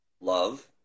love